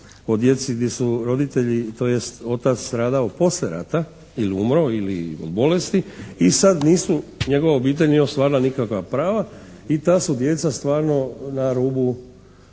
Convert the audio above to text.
o djeci gdje su roditelji, tj. otac stradao poslije rata ili umro ili od bolesti i sada nisu, njegova obitelj nije ostvarila nikakva prava i ta su djeca stvarno na rubu,